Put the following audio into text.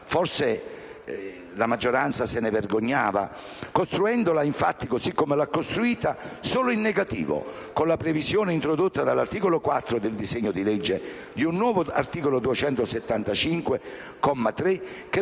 Forse la maggioranza se ne vergognava, costruendola infatti, così come l'ha costruita, solo in negativo, con la previsione, introdotta dall'articolo 4 del disegno di legge, di un nuovo articolo 275,